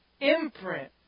imprint